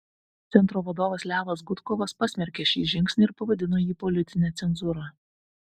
centro vadovas levas gudkovas pasmerkė šį žingsnį ir pavadino jį politine cenzūra